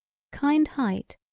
kind height,